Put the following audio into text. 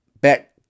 bet